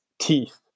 Teeth